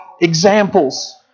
examples